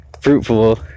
fruitful